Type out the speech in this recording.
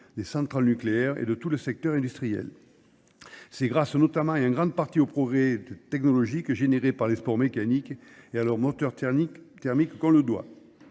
des centrales nucléaires et de tout le secteur industriel. C'est grâce notamment à une grande partie au progrès technologique généré par les sports mécaniques et à leur moteur thermique qu'on le doit.